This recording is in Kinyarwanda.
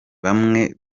bamwe